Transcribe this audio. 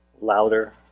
louder